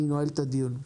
אני נועל את הדיון.